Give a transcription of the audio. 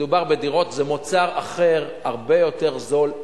מדובר בדירות, זה מוצר אחר, הרבה יותר זול.